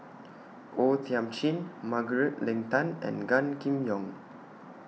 O Thiam Chin Margaret Leng Tan and Gan Kim Yong